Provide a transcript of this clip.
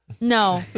No